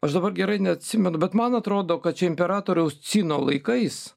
aš dabar gerai neatsimenu bet man atrodo kad čia imperatoriaus cino laikais